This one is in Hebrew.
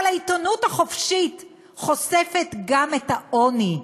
אבל העיתונות החופשית חושפת גם את העוני,